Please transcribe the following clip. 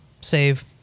save